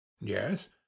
Yes